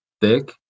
thick